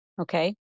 Okay